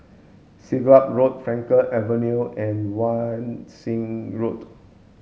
Siglap Road Frankel Avenue and Wan Shih Road